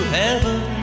heaven